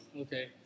Okay